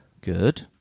Good